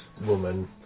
woman